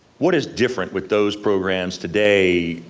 what is different with those programs today,